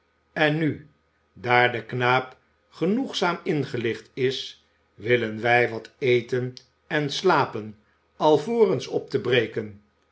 en nu daar de knaap genoegzaam ingelicht is willen wij wat eten en slapen alvorens op te breken